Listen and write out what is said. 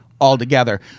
altogether